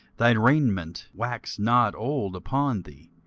thy raiment waxed not old upon thee,